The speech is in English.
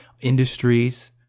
industries